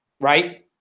Right